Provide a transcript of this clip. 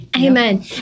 Amen